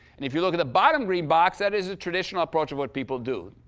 if you look at the bottom green box, that is a traditional approach of what people do.